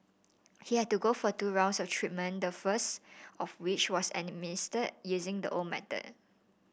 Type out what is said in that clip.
he had to go for two rounds of treatment the first of which was administer using the old method